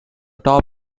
top